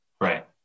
right